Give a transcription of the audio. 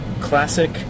classic